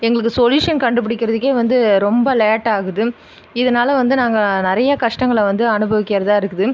எங்களுக்கு சொல்லுயுஷன் கண்டுபிடிக்கறதுக்கே வந்து ரொம்ப லேட்டாகுது இதனால் வந்து நாங்கள் நிறையா கஷ்டங்களை வந்து அனுபவிக்கரதாகருக்குது